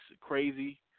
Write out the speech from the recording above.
crazy